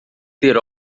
ter